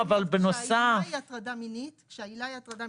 כשהעילה היא הטרדה מינית --- לא,